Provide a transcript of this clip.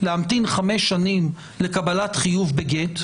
להמתין חמש שנים לקבלת חיוב בגט?